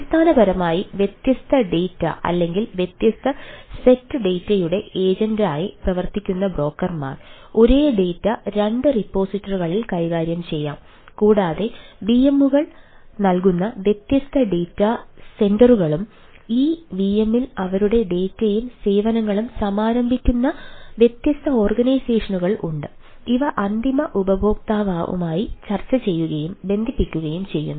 അടിസ്ഥാനപരമായി വ്യത്യസ്ത ഡാറ്റയും സേവനങ്ങളും സമാരംഭിക്കുന്ന വ്യത്യസ്ത ഓർഗനൈസേഷനുകൾ ഉണ്ട് ഇവ അന്തിമ ഉപയോക്താവുമായി ചർച്ച ചെയ്യുകയും ബന്ധിപ്പിക്കുകയും ചെയ്യുന്നു